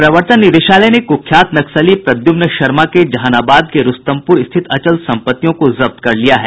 प्रवर्तन निदेशालय ने कुख्यात नक्सली प्रद्युम्न शर्मा के जहानाबाद के रूस्तमपुर स्थित अचल संपत्तियों को जब्त कर लिया है